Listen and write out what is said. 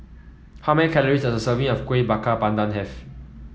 how many calories does a serving of Kuih Bakar Pandan have